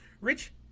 Rich